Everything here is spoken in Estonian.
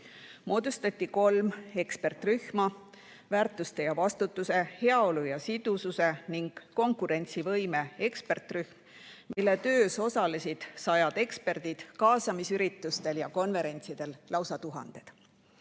Moodustati kolm ekspertrühma: väärtuste ja vastutuse, heaolu ja sidususe ning konkurentsivõime ekspertrühm, mille töös osalesid sajad eksperdid, kaasamisüritustel ja konverentsidel lausa tuhanded.